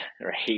right